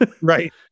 Right